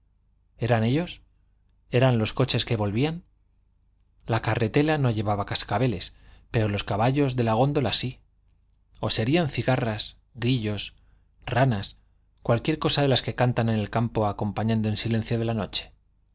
eran ellos eran los coches que volvían la carretela no llevaba cascabeles pero los caballos de la góndola sí o serían cigarras grillos ranas cualquier cosa de las que cantan en el campo acompañando el silencio de la noche